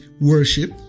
worship